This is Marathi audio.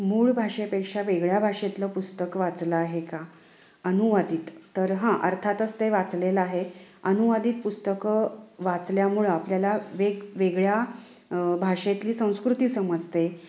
मूळ भाषेपेक्षा वेगळ्या भाषेतलं पुस्तक वाचलं आहे का अनुवादित तर हां अर्थातच ते वाचलेलं आहे अनुवादित पुस्तकं वाचल्यामुळं आपल्याला वेगवेगळ्या भाषेतली संस्कृती समजते